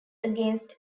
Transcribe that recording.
against